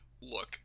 look